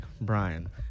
Brian